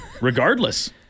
regardless